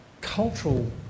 cultural